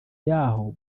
y’aho